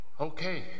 Okay